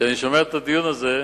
שאני שומע את הדיון הזה,